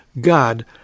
God